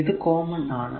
ഇത് കോമൺ ആണ്